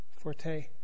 forte